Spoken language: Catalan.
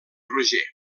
roger